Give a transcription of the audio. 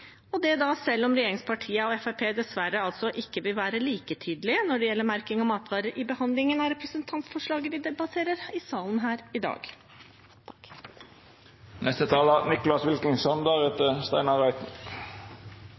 og det selv om regjeringspartiene og Fremskrittspartiet dessverre altså ikke vil være like tydelige når det gjelder merking av matvarer, i behandlingen av representantforslaget vi debatterer i salen her i dag.